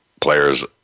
players